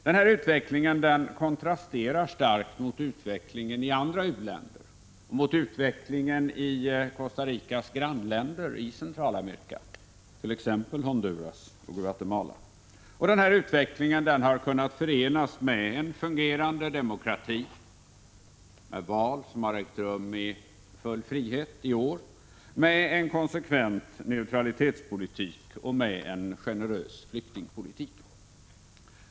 Den här utvecklingen kontrasterar starkt mot utvecklingen i andra u-länder och mot utvecklingen i Costa Ricas grannländer i Centralamerika, t.ex. Honduras och Guatemala. Denna utveckling har kunnat förenas med en fungerande demokrati med val som har ägt rum i full frihet i år, med en konsekvent neutralitetspolitik och med en generös flyktingpolitik.